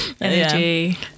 energy